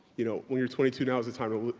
you know when your twenty two now's the time to lose.